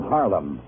Harlem